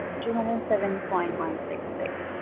two hundred and seven point one six six.